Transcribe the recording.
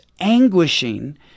anguishing